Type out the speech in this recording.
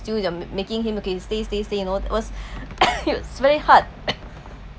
still making him okay stays stays stays you know it was very hot